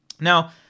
Now